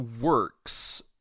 works